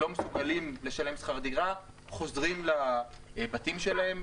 לא מסוגלים לשלם שכר דירה, חוזרים לבתים שלהם.